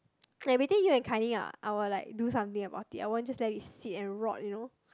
like between you and Kai-Ling ah I will like do something about it I won't just let it sit and rot you know